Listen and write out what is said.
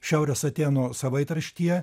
šiaurės atėnų savaitraštyje